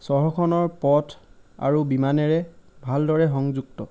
চহৰখনৰ পথ আৰু বিমানেৰে ভালদৰে সংযুক্ত